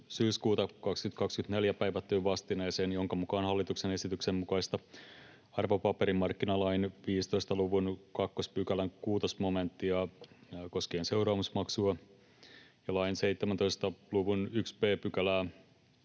syyskuuta 2024 päivättyyn vastineeseen, jonka mukaan hallituksen esityksen mukaista arvopaperimarkkinalain 15 luvun 2 §:n 6 momenttia koskien seuraamusmaksua ja lain 17 luvun 1 b §:ää